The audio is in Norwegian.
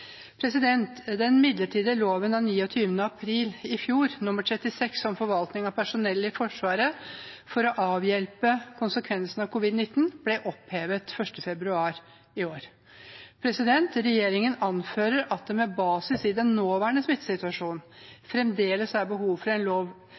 april 2020 nr. 36 om forvaltning av personell i Forsvaret for å avhjelpe konsekvenser av covid-19 ble opphevet 1. februar i år. Regjeringen anfører at det med basis i den nåværende